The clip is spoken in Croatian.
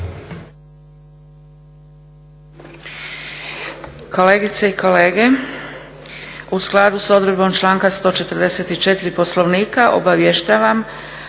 Kolegice i kolege u skladu s odredbom članka 144. Poslovnika obavještavam